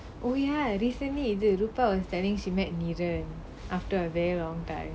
oh ya recently the rupar was telling me she met niran after a very long time